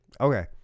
okay